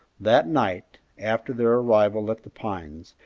that night, after their arrival at the pines,